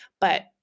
But-